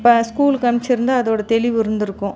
இப்போ ஸ்கூலுக்கு அமிச்சிருந்தா அதோட தெளிவு இருந்துருக்கும்